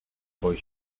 boi